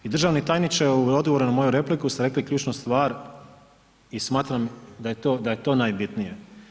I državni tajniče u odgovoru na moju repliku ste rekli ključnu stvar i smatram da je to najbitnije.